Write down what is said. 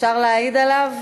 אפשר להעיד עליו?